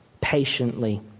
patiently